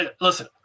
Listen